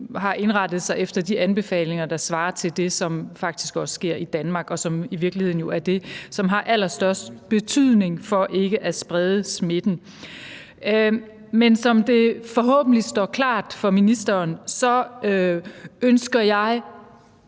også indrettet sig efter de anbefalinger, der svarer til det, der faktisk også sker i Danmark, og som jo i virkeligheden er det, som har allerstørst betydning for ikke at sprede smitten. Men som det forhåbentlig står klart for ministeren, ønsker jeg